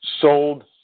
sold